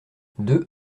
deux